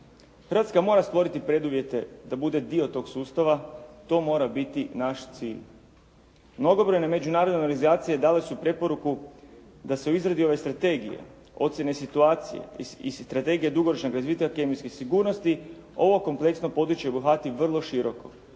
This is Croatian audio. Hrvatska mora stvoriti preduvjete da bude dio toga sustava, to mora biti naš cilj. Mnogobrojne međunarodne organizacije dale su preporuku da se u izradi ove strategije, ocjene situacije i strategije dugoročnog razvitka kemijske sigurnosti ovo kompleksno područje obuhvati vrlo široko.